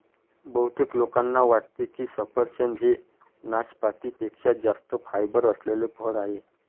बहुतेक लोकांना वाटते की सफरचंद हे नाशपाती पेक्षा जास्त फायबर असलेले फळ आहे